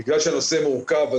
בגלל שהנושא מורכב,